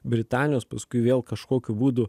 britanijos paskui vėl kažkokiu būdu